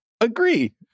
agree